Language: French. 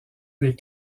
des